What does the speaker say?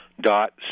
dot